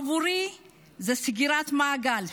עבורי זו סגירת מעגל.